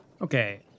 Okay